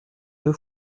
deux